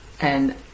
And-